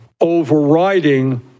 overriding